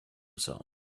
himself